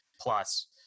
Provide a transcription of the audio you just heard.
plus